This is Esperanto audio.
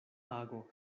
ago